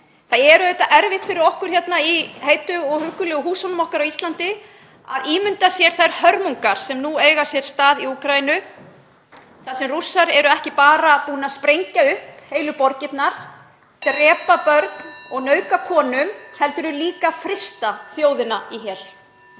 Það er auðvitað erfitt fyrir okkur hér í heitu og huggulegu húsunum okkar á Íslandi að ímynda okkur þær hörmungar sem nú eiga sér stað í Úkraínu. Rússar eru ekki bara búnir að sprengja upp heilu borgirnar, drepa börn og nauðga konum heldur eru þeir líka að frysta þjóðina í hel.